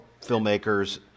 filmmakers